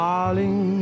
Darling